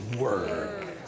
word